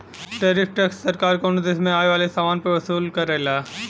tariff tax सरकार कउनो देश में आये वाले समान पर वसूल करला